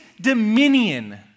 dominion